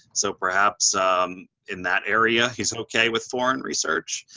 so perhaps um in that area, he's okay with foreign research,